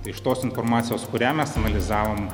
iš tos informacijos kurią mes analizavom